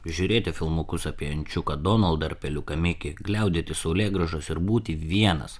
žiūrėti filmukus apie ančiuką donaldą ir peliuką mikį gliaudyti saulėgrąžas ir būti vienas